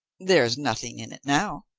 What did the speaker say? there's nothing in it now,